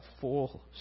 full